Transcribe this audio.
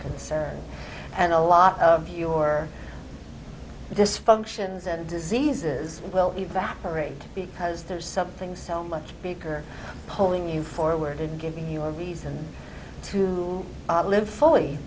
concern and a lot of your dysfunctions and diseases will evaporate because there's something so much bigger polling you forward in giving you a reason to live fully